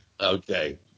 Okay